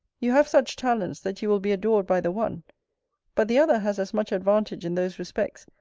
you have such talents that you will be adored by the one but the other has as much advantage in those respects,